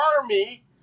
army